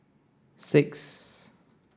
six